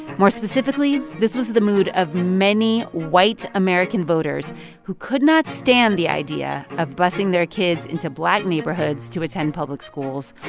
more specifically, this was the mood of many white american voters who could not stand the idea of busing their kids into black neighborhoods to attend public schools,